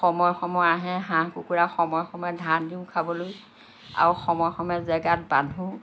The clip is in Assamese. সময় সময় আহে হাঁহ কুকুৰা সময়ে সময়ে ধান দিওঁ খাবলৈ আৰু সময়ে সময়ে জেগাত বান্ধোঁ